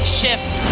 shift